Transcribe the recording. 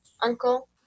uncle